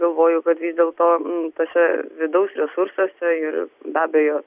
galvoju kad vis dėlto tuose vidaus resursuose ir be abejo